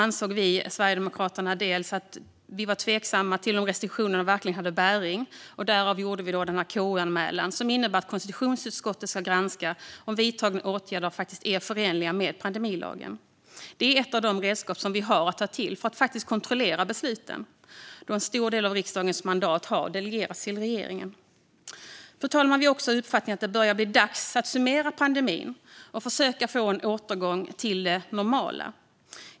Vi i Sverigedemokraterna var tveksamma till om restriktionerna verkligen hade bäring. Därför gjorde vi en KU-anmälan som innebär att konstitutionsutskottet ska granska om vidtagna åtgärder är förenliga med pandemilagen. Det är ett av de redskap vi har att ta till för att kontrollera besluten då en stor del av riksdagens mandat har delegerats till regeringen. Fru talman! Vi är också av uppfattningen att det börjar bli dags att summera pandemin och försöka få en återgång till det normala.